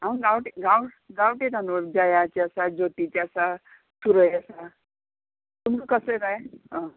हांव गांवटी गांव गांवटी तांदूळ जयाचे आसा ज्योतीचे आसा सुरय आसा तुमकां कसले जाय आं